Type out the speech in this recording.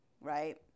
Right